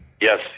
Yes